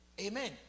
amen